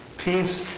Peace